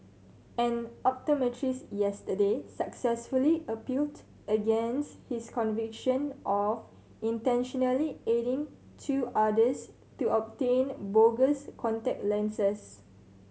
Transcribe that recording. an optometrist yesterday successfully appealed against his conviction of intentionally aiding two others to obtain bogus contact lenses